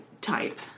type